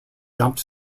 dumped